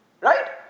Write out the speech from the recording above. Right